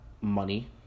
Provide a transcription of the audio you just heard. Money